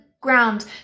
ground